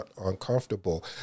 uncomfortable